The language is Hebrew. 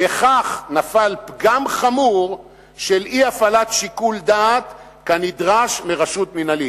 בכך נפל פגם חמור של אי-הפעלת שיקול דעת כנדרש מרשות מינהלית.